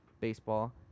baseball